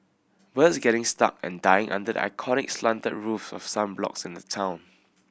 birds getting stuck and dying under the iconic slanted roof of some blocks in the town